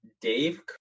Dave